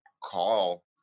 call